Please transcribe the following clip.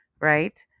right